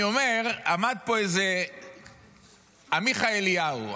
עמד פה איזה עמיחי אליהו.